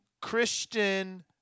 Christian